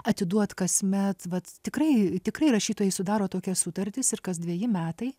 atiduot kasmet vat tikrai tikrai rašytojai sudaro tokias sutartis ir kas dveji metai